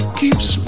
keeps